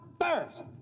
first